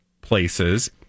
places